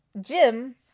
Jim